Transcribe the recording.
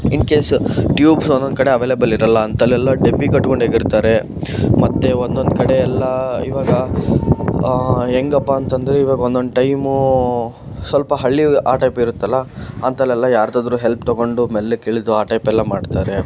ಇನ್ case tubes ಒಂದೊಂದು ಕಡೆ available ಇರೋಲ್ಲ ಅಂತ ಅಲ್ಲೆಲ್ಲ ಡಬ್ಬಿ ಕಟ್ಕೊಂಡು ಎಗರ್ತಾರೆ ಮತ್ತೆ ಒಂದೊಂದು ಕಡೆ ಎಲ್ಲ ಇವಾಗ ಹೇಗಪ್ಪ ಅಂತ ಅಂದ್ರೆ ಇವಾಗ ಒಂದೊಂದು ಟೈಮೂ ಸ್ವಲ್ಪ ಹಳ್ಳಿ ಆ ಟೈಪ್ ಇರುತ್ತಲ್ಲ ಅಂತಲ್ಲೆಲ್ಲ ಯಾರದ್ದಾದ್ರು ಹೆಲ್ಪ್ ತಗೊಂಡು ಮೆಲ್ಲಗೆ ಇಳಿದು ಆ ಟೈಪ್ ಎಲ್ಲ ಮಾಡ್ತಾರೆ